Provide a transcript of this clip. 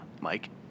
Mike